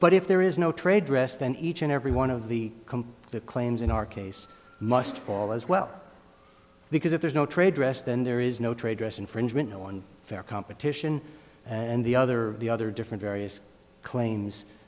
but if there is no trade dress then each and every one of the complete claims in our case must fall as well because if there's no trade dress then there is no trade dress infringement on fair competition and the other the other different various claims